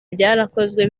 byarakozwe